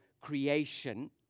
creation